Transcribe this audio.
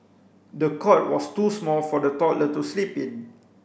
the cot was too small for the toddler to sleep in